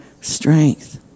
strength